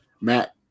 Matt